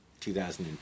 2005